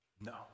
no